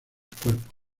cuerpo